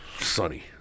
sunny